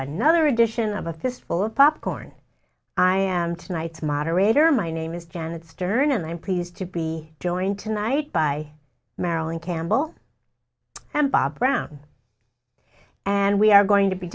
another edition of a fistful of popcorn i am tonight's moderator my name is janet stern and i'm pleased to be joined tonight by marilyn campbell and bob brown and we are going to be